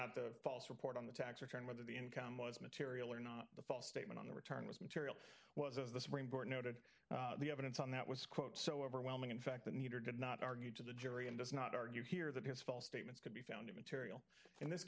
not the false report on the tax return whether the income was material or not the false statement on the return was material was as the supreme court noted the evidence on that was quote so overwhelming in fact that neither did not argue to the jury and does not argue here that his false statements could be found immaterial in this